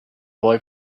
boy